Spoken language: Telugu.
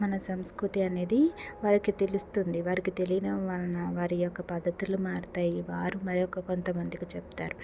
మన సంస్కృతి అనేది వారికి తెలుస్తుంది వారికి తెలియడం వలన వారి యొక్క పద్దతులు మారతాయి వారు మరి యొక్క కొంతమందికి చెప్తారు